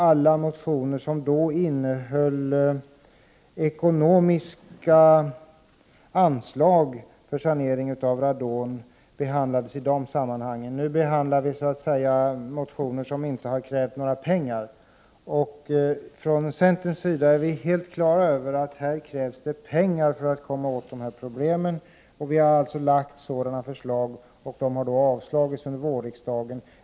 alla motioner med yrkande om medel för radonsanering. Nu behandlar vi motioner i vilka det inte har krävts några pengar. Från centerns sida är vi helt klara över att det behövs pengar för att komma till rätta med de här problemen, och vi har därför fört fram medelsyrkanden. Dessa har avslagits under vårriksdagen.